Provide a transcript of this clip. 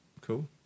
cool